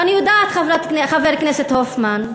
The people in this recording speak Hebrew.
ואני יודעת, חבר הכנסת הופמן,